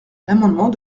l’amendement